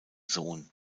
sohn